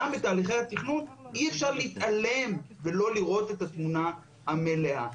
בתהליכי התכנון אי אפשר להתעלם ולא לראות את התמונה המלאה.